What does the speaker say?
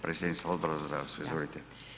Predsjednica Odbora za zdravstvo, izvolite.